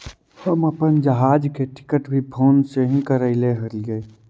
हम अपन जहाज के टिकट भी फोन से ही करैले हलीअइ